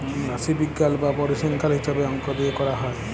রাশিবিজ্ঞাল বা পরিসংখ্যাল হিছাবে অংক দিয়ে ক্যরা হ্যয়